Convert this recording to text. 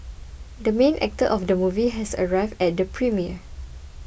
the main actor of the movie has arrived at the premiere